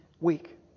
week